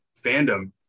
fandom